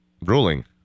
ruling